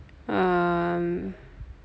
um